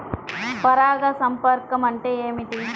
పరాగ సంపర్కం అంటే ఏమిటి?